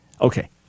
Okay